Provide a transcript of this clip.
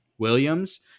Williams